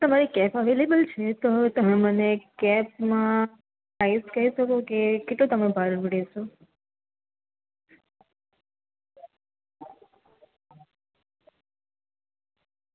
તમારી cab available છે તો તમે મને કેબમાં પ્રાઈઝ કહી શકો કે કેટલું તમે ભાડું લેશો